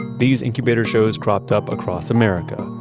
these incubator shows cropped up across america.